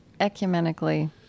ecumenically